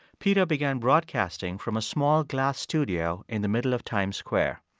peter began broadcasting from a small glass studio in the middle of times square.